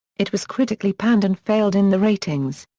it was critically panned and failed in the ratings.